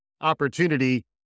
opportunity